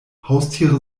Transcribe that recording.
haustiere